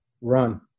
Run